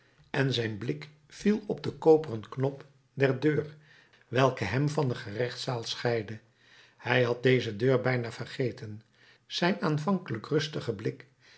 en zijn blik viel op den koperen knop der deur welke hem van de gerechtszaal scheidde hij had deze deur bijna vergeten zijn aanvankelijk rustige blik